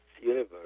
universe